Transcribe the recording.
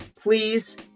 Please